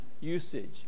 usage